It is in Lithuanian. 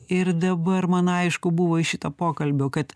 ir dabar man aišku buvo iš šito pokalbio kad